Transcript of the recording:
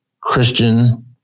Christian